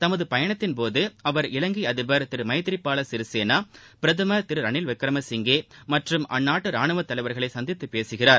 தமது பயணத்தின் போது அவர் இவங்கை அதிபர் திரு மைத்ரி பால சிறிசேனா பிரதமர் திரு ரணில் விக்கிரமசிங்கே மற்றும் அந்நாட்டு ரானுவத் தலைவர்களை சந்தித்துப் பேசுகிறார்